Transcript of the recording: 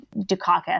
Dukakis